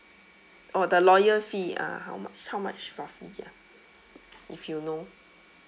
oh the lawyer fee ah how much roughly ah if you know